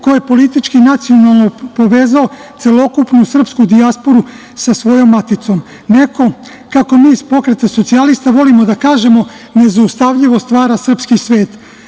ko je politički nacionalno povezao celokupnu srpsku dijasporu, sa svojom maticom. Neko, kako mi iz PS volimo da kažemo, nezaustavljivo stvara srpski svet. Taj